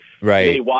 Right